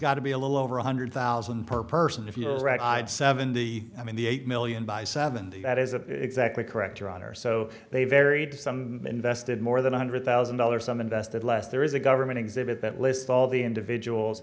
got to be a little over one hundred thousand per person if you'll read i'd seventy i mean the eight million by seventy that is a exactly correct your honor so they varied some invested more than one hundred thousand dollars some invested less there is a government exhibit that lists all the individuals